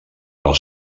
val